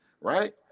right